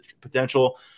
potential